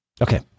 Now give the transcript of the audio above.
Okay